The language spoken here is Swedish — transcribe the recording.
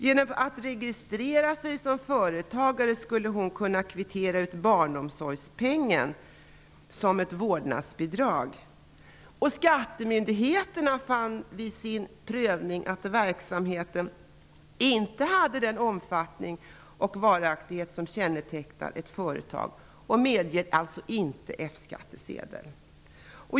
Genom att registrera sig som företagare skulle hon kunna kvittera ut barnomsorgspengen som ett vårdnadsbidrag. Men skattemyndigheterna fann vid sin prövning att verksamheten inte hade den omfattning och varaktighet som kännetecknar ett företag och medgav alltså inte F-skattsedel.